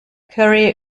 curry